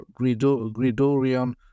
gridorian